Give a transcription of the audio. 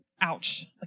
Ouch